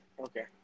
Okay